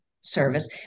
service